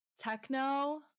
Techno